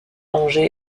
angers